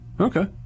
Okay